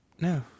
no